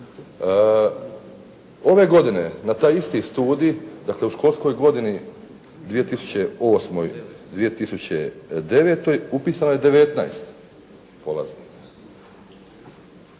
Ove godine na taj isti studij, dakle u školskoj godini 2008., 2009. upisano je 19 polaznika.